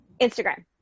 Instagram